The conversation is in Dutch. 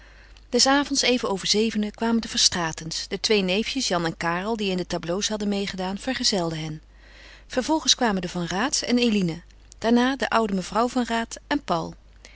des avonds even over zevenen kwamen de verstraetens de twee neefjes jan en karel die in de tableaux hadden meêgedaan vergezelden hen vervolgens kwamen de van raats en eline daarna de oude mevrouw van raat en paul